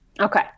Okay